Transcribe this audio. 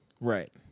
Right